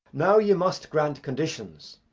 now you must grant conditions,